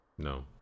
No